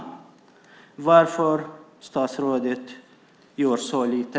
Varför, statsrådet, görs så lite?